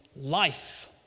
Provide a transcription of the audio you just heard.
life